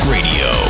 Radio